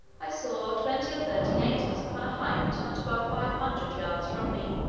i saw twenty or thirty natives upon a height not above five hundred yards from me.